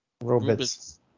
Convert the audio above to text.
Robots